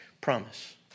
promise